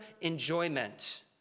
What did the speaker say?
enjoyment